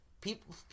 people